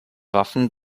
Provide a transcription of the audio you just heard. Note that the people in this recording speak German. waffen